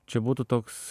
čia būtų toks